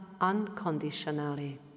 unconditionally